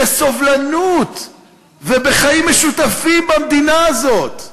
בסובלנות ובחיים משותפים במדינה הזאת.